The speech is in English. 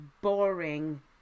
boring